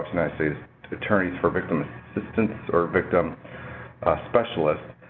united states attorneys for victim assistance or victim specialists.